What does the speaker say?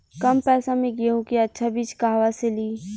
कम पैसा में गेहूं के अच्छा बिज कहवा से ली?